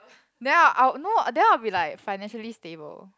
then I'll no then I'll be like financially stable